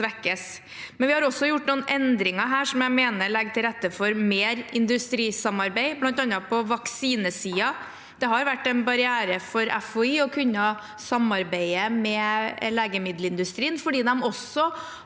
Vi har imidlertid gjort noen endringer som jeg mener legger til rette for mer industrisamarbeid, bl.a. på vaksinesiden. Det har vært en barriere for FHI å kunne samarbeide med legemiddelindustrien fordi de også har